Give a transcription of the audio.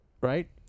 Right